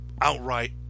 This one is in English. outright